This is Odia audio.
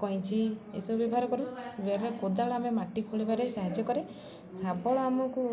କଇଁଚି ଏସବୁ ବ୍ୟବହାର କରୁ କୋଦାଳ ଆମେ ମାଟି ଖୋଳିବାରେ ସାହାଯ୍ୟ କରେ ଶାବଳ ଆମକୁ